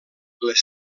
les